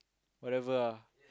whatever ah